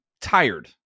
tired